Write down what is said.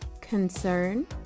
concern